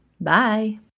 Bye